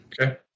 Okay